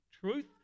truth